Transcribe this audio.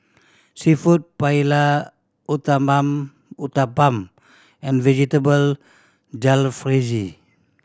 Seafood Paella Uthapam and Vegetable Jalfrezi